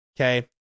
okay